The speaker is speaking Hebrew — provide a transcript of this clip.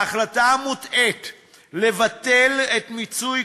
בהורדת ההחלטה המוטעית לבטל את מיצוי